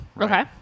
Okay